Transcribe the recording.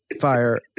fire